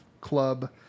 Club